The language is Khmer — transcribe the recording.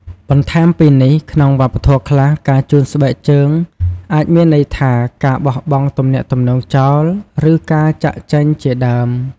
បន្ថែមពីនេះក្នុងវប្បធម៌ខ្លះ ការជូនស្បែកជើងអាចមានន័យថា ការបោះបង់ទំនាក់ទំនងចោល ឬ ការចាក់ចេញជាដើម។